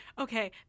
okay